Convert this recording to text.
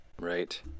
Right